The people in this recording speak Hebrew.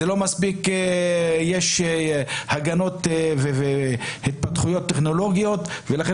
לא מספיק יש הגנות והתפתחויות טכנולוגיות ולכן